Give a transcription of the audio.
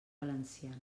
valenciana